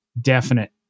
definite